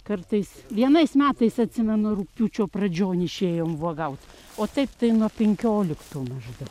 kartais vienais metais atsimenu rugpjūčio pradžion išėjom vuogaut o taip tai nuo penkioliktų maždaug